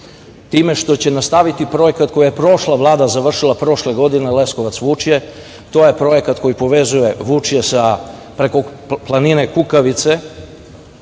time što će nastaviti projekat koji je prošla Vlada završila prošle godine Leskovac Vučje, i to je projekat koji povezuje Vučje preko planine Kukavice,